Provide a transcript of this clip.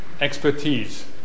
expertise